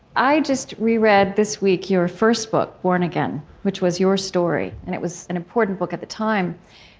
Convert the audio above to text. i just reread this week your first book, born again, which was your story. and it was an important book at the time.